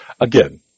Again